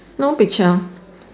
no picture